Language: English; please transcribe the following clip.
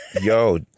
yo